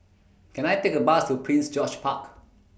Can I Take A Bus to Prince George's Park